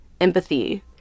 empathy